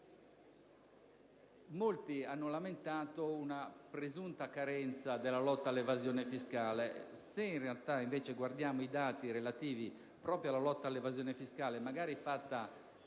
Molti hanno lamentato una presunta carenza della lotta all'evasione fiscale. Se guardiamo invece ai dati relativi a una lotta all'evasione - magari fatta